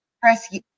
Press